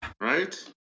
Right